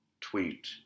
tweet